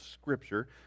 Scripture